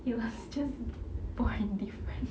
you are just born different